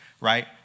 right